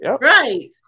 Right